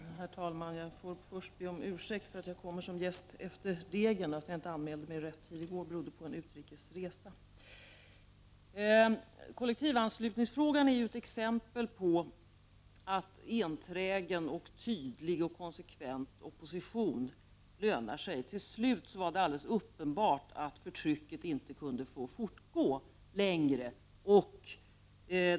Herr talman! Jag får först be om ursäkt för att jag kommer som jäst efter degen. Att jag inte anmälde mig till talarlistan i rätt tid i går berodde på en utrikes resa. Kollektivanslutningsfrågan är ju ett exempel på att enträgen, tydlig och konsekvent opposition lönar sig. Till slut var det alldeles uppenbart att förtrycket inte kunde få fortgå längre.